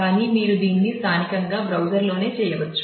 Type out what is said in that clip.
కానీ మీరు దీన్ని స్థానికంగా బ్రౌజర్లోనే చేయవచ్చు